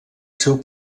seu